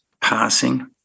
passing